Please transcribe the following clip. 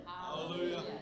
Hallelujah